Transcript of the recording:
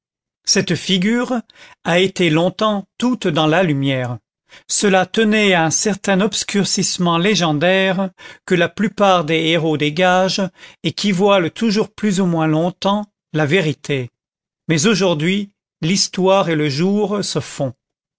cette figure a été longtemps toute dans la lumière cela tenait à un certain obscurcissement légendaire que la plupart des héros dégagent et qui voile toujours plus ou moins longtemps la vérité mais aujourd'hui l'histoire et le jour se font